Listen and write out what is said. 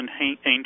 ancient